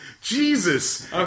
Jesus